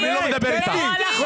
מספיק עם ה-50 מיליון, הרי זה פייק.